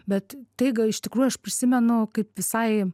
bet tai iš tikrųjų aš prisimenu kaip visai